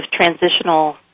transitional